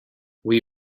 will